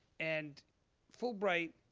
and fulbright.